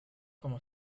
como